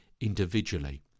individually